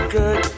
good